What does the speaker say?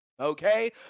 Okay